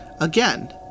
again